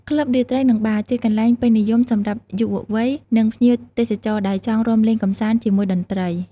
ក្លឹបរាត្រី និងបារ ជាកន្លែងពេញនិយមសម្រាប់យុវវ័យ និងភ្ញៀវទេសចរ ដែលចង់រាំលេងកម្សាន្តជាមួយតន្ត្រី។